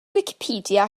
wicipedia